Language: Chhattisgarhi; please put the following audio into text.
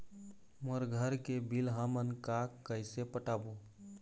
मोर घर के बिल हमन का कइसे पटाबो?